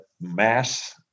mass